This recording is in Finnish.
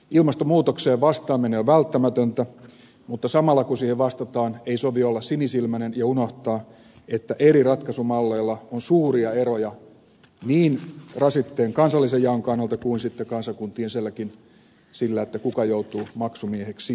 ilmastonmuutokseen vastaaminen on välttämätöntä mutta samalla kun siihen vastataan ei sovi olla sinisilmäinen ja unohtaa että eri ratkaisumalleilla on suuria eroja niin rasitteen kansallisen jaon kannalta kuin sitten kansakuntien sisälläkin siinä kuka joutuu maksumieheksi